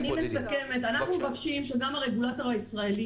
אנחנו מבקשים שגם הרגולטור הישראלי,